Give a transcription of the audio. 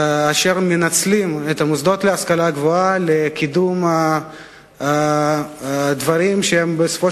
שמנצלים את המוסדות להשכלה גבוהה לקידום דברים שבסופו